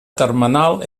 termenal